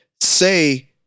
say